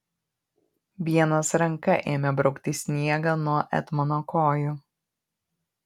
vienas ranka ėmė braukti sniegą nuo etmono kojų